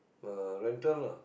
uh rental lah